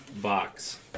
box